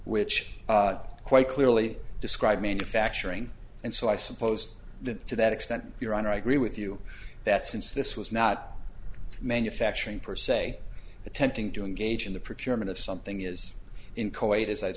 which quite clearly describe manufacturing and so i suppose that to that extent your honor i agree with you that since this was not manufacturing per se attempting to engage in the procurement of something is in quite as i'